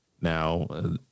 Now